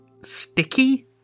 sticky